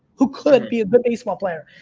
who could be a good baseball player.